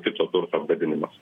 kito turto apgadinimas